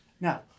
Now